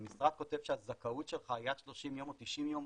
אם משרד כותב שהזכאות שלך היא עד 30 יום או 90 יום,